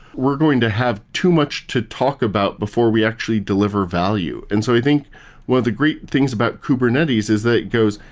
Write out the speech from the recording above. we're going to have too much to talk about before we actually deliver value. and so i think one of the great things about kubernetes is that it goes,